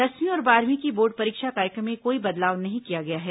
दसवीं और बारहवीं की बोर्ड परीक्षा कार्यक्रम में कोई बदलाव नहीं किया गया है